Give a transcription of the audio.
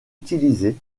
utilisés